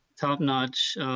Top-notch